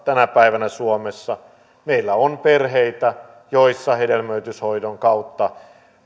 tänä päivänä suomessa meillä on perheitä joissa hedelmöityshoidon kautta